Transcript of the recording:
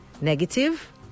negative